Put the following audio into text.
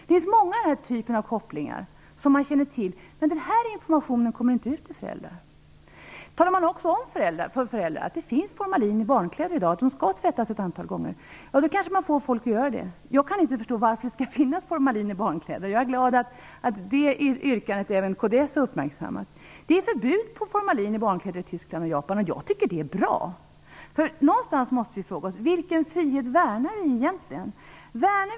Det finns många sådana kopplingar, men den här informationen kommer inte ut till föräldrarna. Om man talade om för föräldrar att det finns formalin i barnkläder och att de skall tvättas ett antal gånger, kanske man får folk att göra det. Jag kan inte förstå varför det finns formalin i barnkläder. Jag är glad att även kds har uppmärksammat yrkandet. I Tyskland och Japan har man förbud mot formalin i barnkläder, och det tycker jag är bra. Vi måste fråga oss vilken frihet vi egentligen värnar.